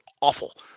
awful